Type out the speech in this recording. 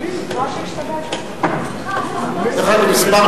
דרך אגב,